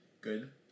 Good